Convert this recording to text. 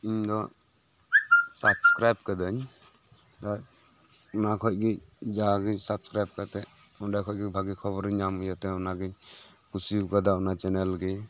ᱤᱧ ᱫᱚ ᱥᱟᱵᱽᱥᱠᱨᱟᱭᱤᱵᱽ ᱠᱟᱹᱫᱟᱹᱧ ᱟᱨ ᱚᱱᱟ ᱠᱷᱚᱡ ᱜᱮ ᱡᱟᱜᱮ ᱥᱟᱵᱽᱥᱠᱨᱟᱭᱤᱵᱽ ᱠᱟᱛᱮᱜ ᱚᱸᱰᱮ ᱠᱷᱚᱡ ᱜᱮ ᱵᱷᱟᱜᱤ ᱠᱷᱚᱵᱚᱨ ᱠᱷᱚᱵᱚᱨᱤᱧ ᱧᱟᱢ ᱤᱭᱟᱹᱛᱮ ᱚᱱᱟᱜᱮᱧ ᱠᱩᱥᱤᱣ ᱠᱟᱫᱟ ᱚᱱᱟ ᱪᱮᱱᱮᱞ ᱜᱮ